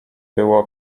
było